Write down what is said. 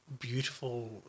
beautiful